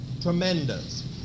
tremendous